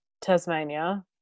tasmania